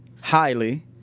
Highly